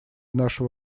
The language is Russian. нашего